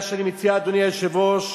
מה שאני מציע, אדוני היושב-ראש,